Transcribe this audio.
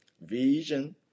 Vision